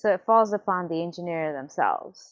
ah it falls upon the engineer themselves?